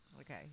Okay